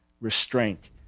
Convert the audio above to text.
restraint